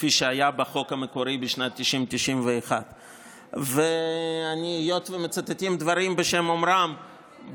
כפי שהיה בחוק המקורי בשנים 1991-1990. והיות שמצטטים דברים בשם אומרם,